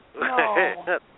no